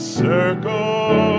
circle